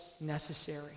necessary